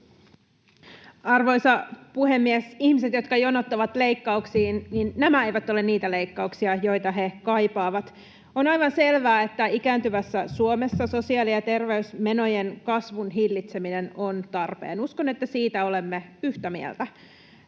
Arvoisa puhemies! Ihmiset jonottavat leikkauksiin, mutta nämä eivät ole niitä leikkauksia, joita he kaipaavat. On aivan selvää, että ikääntyvässä Suomessa sosiaali- ja terveysmenojen kasvun hillitseminen on tarpeen. Uskon, että siitä olemme yhtä mieltä.